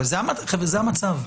אבל חבר'ה, זה המצב.